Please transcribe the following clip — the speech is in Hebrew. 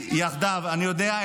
אני יודע.